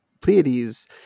Pleiades